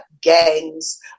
gangs